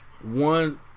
one